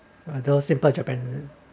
those simple japan